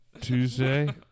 Tuesday